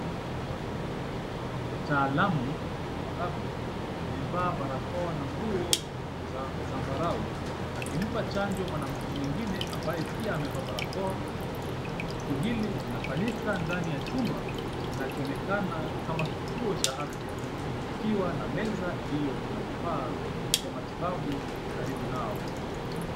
Mtaalamu wa afya aliyevaa barakoa na nguo za zambarau, akimpa chanjo mwanamke mwingine ambaye pia amevaa barakoa. Tukio hili linafanyika ndani ya chumba, kinachoonekana kama kituo cha afya, kukiwa na meza iliyo na vifaa vya matibabu karibu nao.